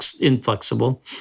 inflexible